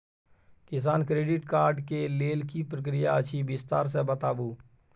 किसान credit card के लेल की प्रक्रिया अछि विस्तार से बताबू?